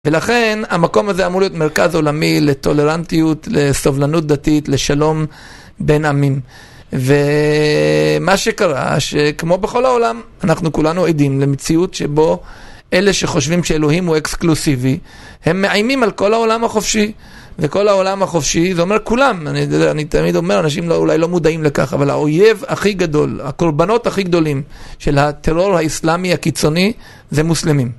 ולכן המקום הזה אמור להיות מרכז עולמי לטולרנטיות, לסובלנות דתית, לשלום בין עמים. ומה שקרה שכמו בכל העולם, אנחנו כולנו עדים למציאות שבו אלה שחושבים שאלוהים הוא אקסקלוסיבי, הם מאיימים על כל העולם החופשי, וכל העולם החופשי, זה אומר כולם, אני תמיד אומר, אנשים אולי לא מודעים לכך, אבל האויב הכי גדול, הקורבנות הכי גדולים של הטרור האיסלאמי הקיצוני, זה מוסלמים.